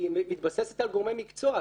היא מתבססת על גורמי מקצוע.